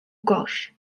ghosh